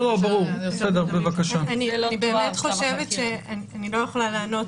לא יכולה לענות